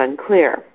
unclear